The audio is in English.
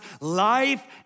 life